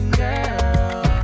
girl